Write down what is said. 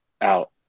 out